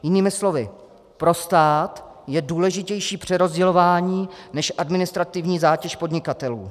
Jinými slovy, pro stát je důležitější přerozdělování než administrativní zátěž podnikatelů.